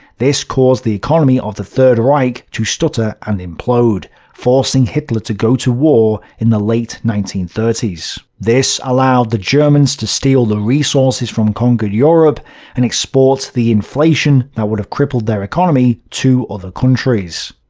this caused the economy of the third reich to stutter and implode, forcing hitler to go to war in the late nineteen thirty s. this allowed the germans to steal the resources from conquered europe and export the inflation that would have crippled their economy to other countries.